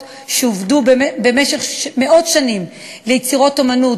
שעובדו במשך מאות שנים ליצירות אמנות,